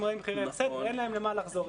אין להם למה לחזור.